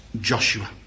Joshua